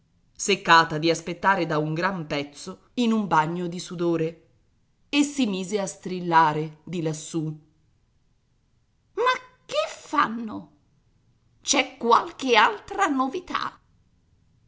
seccata di aspettare da un gran pezzo in un bagno di sudore e si mise a strillare di lassù ma che fanno c'è qualche altra novità